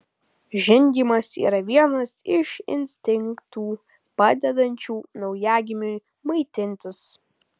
žindymas yra vienas iš instinktų padedančių naujagimiui maitintis